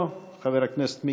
חבר הכנסת יאיר לפיד,